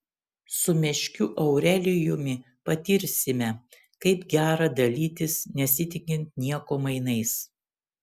su meškiu aurelijumi patirsime kaip gera dalytis nesitikint nieko mainais